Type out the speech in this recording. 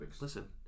listen